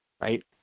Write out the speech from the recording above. right